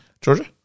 Georgia